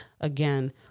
again